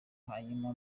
hanyuma